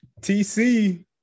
TC